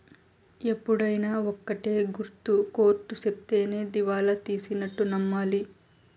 ఎప్పుడైనా ఒక్కటే గుర్తు కోర్ట్ సెప్తేనే దివాళా తీసినట్టు నమ్మాలి